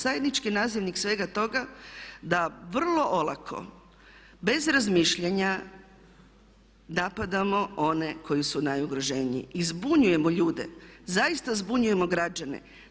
Zajednički nazivnik svega toga da vrlo olako bez razmišljanja napadamo one koji su najugroženiji i zbunjujemo ljude, zaista zbunjujemo građane.